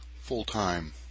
full-time